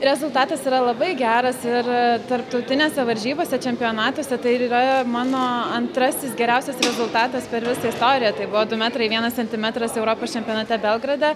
rezultatas yra labai geras ir tarptautinėse varžybose čempionatuose tai ir yra mano antrasis geriausias rezultatas per visą istoriją tai buvo du metrai vienas centimetras europos čempionate belgrade